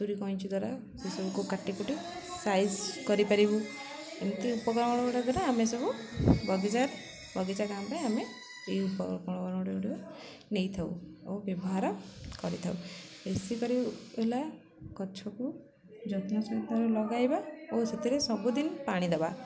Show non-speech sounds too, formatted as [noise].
କତୁରି କଇଁଚି ଦ୍ୱାରା ସେସବୁକୁ କାଟି କୁଟି ସାଇଜ କରିପାରିବୁ ଏମିତି ଉପକରଣ ଗୁଡ଼ାକରେ ଆମେ ସବୁ ବଗିଚାରେ ବଗିଚା କାମରେ ଆମେ ଏଇ ଉପକରଣ ଗୁଡ଼ିକ ନେଇଥାଉ ଓ ବ୍ୟବହାର କରିଥାଉ ବେଶୀ ପରି [unintelligible] ଗଛକୁ ଯତ୍ନ ସହକାରେ ଲଗାଇବା ଓ ସେଥିରେ ସବୁଦିନ ପାଣି ଦବା